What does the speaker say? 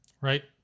right